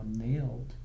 nailed